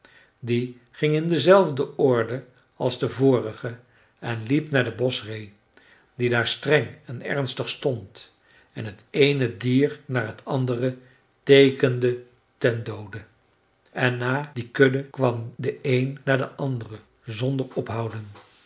die ging in dezelfde orde als de vorige en liep naar de boschree die daar streng en ernstig stond en t eene dier na het andere teekende ten doode en na die kudde kwam de een na de andere zonder ophouden